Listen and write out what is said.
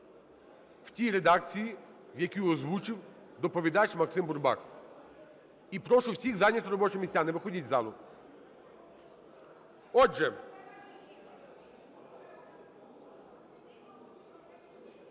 в тій редакції, в якій озвучив доповідач Максим Бурбак. І прошу всіх зайняти робочі місця. Не виходіть з залу. Отже,